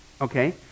Okay